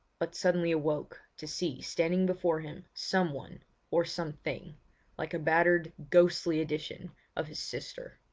but suddenly awoke to see standing before him someone or something like a battered, ghostly edition of his sister.